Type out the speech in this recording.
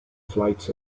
flights